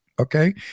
Okay